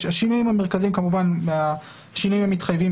שינינו בהתאם לשינויים המתחייבים